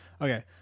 Okay